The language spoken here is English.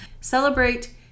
celebrate